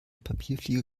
papierflieger